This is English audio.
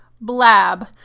blab